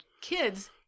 kids